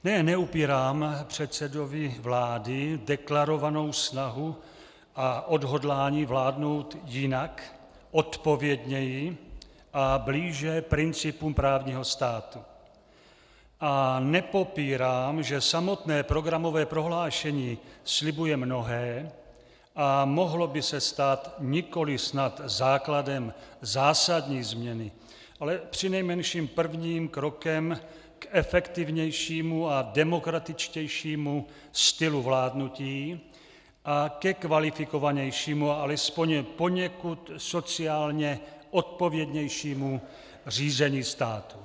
Ne, neupírám předsedovi vlády deklarovanou snahu a odhodlání vládnout jinak, odpovědněji a blíže principům právního státu a nepopírám, že samotné programové prohlášení slibuje mnohé a mohlo by se stát nikoliv snad základem zásadní změny, ale přinejmenším prvním krokem k efektivnějšímu a demokratičtějšímu stylu vládnutí a ke kvalifikovanějšímu, alespoň poněkud sociálně odpovědnějšímu řízení státu.